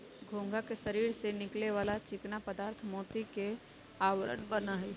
घोंघा के शरीर से निकले वाला चिकना पदार्थ मोती के आवरण बना हई